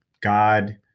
God